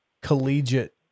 collegiate